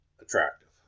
attractive